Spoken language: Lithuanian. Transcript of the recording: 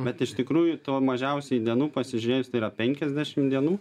bet iš tikrųjų to mažiausiai dienų pasižiūrėjus tai yra penkiasdešim dienų